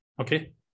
Okay